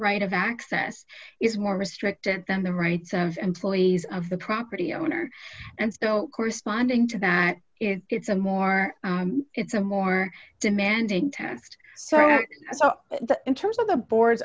right of access is more restricted than the rights of employees of the prakriti owner and still corresponding to that it's a more it's a more demanding test in terms of the board